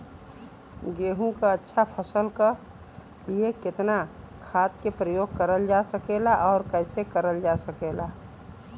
गेहूँक अच्छा फसल क लिए कितना खाद के प्रयोग करल जा सकेला और कैसे करल जा सकेला?